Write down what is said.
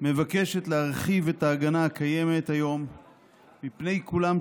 מבקשת להרחיב את ההגנה הקיימת היום מפני עיקולים